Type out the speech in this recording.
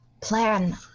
plan